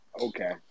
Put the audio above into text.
Okay